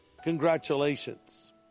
Congratulations